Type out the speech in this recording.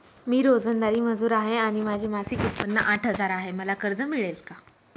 मी रोजंदारी मजूर आहे आणि माझे मासिक उत्त्पन्न आठ हजार आहे, मला कर्ज मिळेल का?